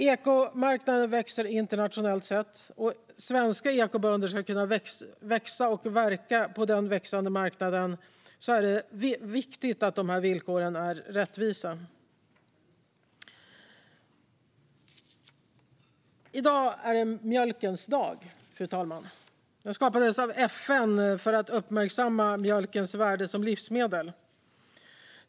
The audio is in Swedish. Ekomarknaden växer internationellt sett, och för att svenska ekobönder ska kunna verka på denna växande marknad är det viktigt att villkoren är rättvisa. I dag är det mjölkens dag, fru talman. Det är en dag som skapades av FN för att uppmärksamma mjölkens värde som livsmedel.